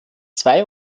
zwei